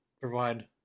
provide